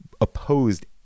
opposed